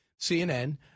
CNN